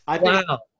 Wow